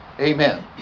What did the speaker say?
Amen